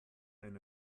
einer